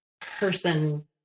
person